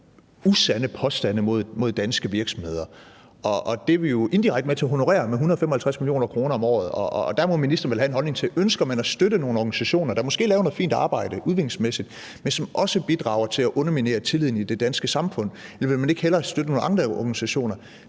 usande påstande om danske virksomheder. Det er vi jo indirekte med til at honorere med 155 mio. kr. om året, og der må ministeren vel have en holdning til, om man ønsker at støtte nogle organisationer, der måske laver noget fint udviklingsmæssigt arbejde, men som også bidrager til at underminere tilliden i det danske samfund, eller om man ikke hellere vil støtte nogle andre organisationer,